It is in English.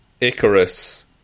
Icarus